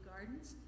Gardens